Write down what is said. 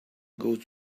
goes